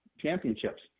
championships